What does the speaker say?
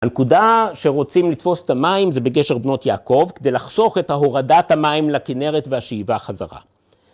הנקודה שרוצים לתפוס את המים זה בגשר בנות יעקב, כדי לחסוך את ההורדת המים לכנרת והשאיבה חזרה.